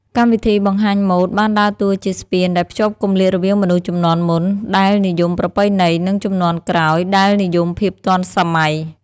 កម្មវិធីបង្ហាញម៉ូដបានដើរតួជាស្ពានដែលភ្ជាប់គម្លាតរវាងមនុស្សជំនាន់មុន ដែលនិយមប្រពៃណី និងជំនាន់ក្រោយ ដែលនិយមភាពទាន់សម័យ។